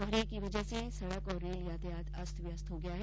कोहरे की वजह से सड़क और रेल यातायात अस्त व्यस्त हो गया है